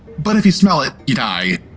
but if you smell it. you die.